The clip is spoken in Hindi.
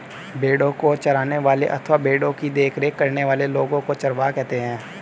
भेड़ों को चराने वाले अथवा भेड़ों की देखरेख करने वाले लोगों को चरवाहा कहते हैं